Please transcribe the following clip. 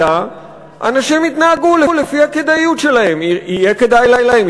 ורגולציה אנשים יתנהגו לפי הכדאיות שלהם: יהיה כדאי להם,